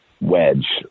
wedge